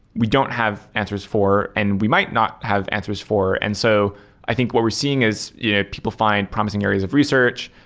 we don't have answers for and we might not have answers for. and so i think what we're seeing is you know people find promising areas of research.